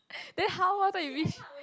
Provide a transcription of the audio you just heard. then how what time you reach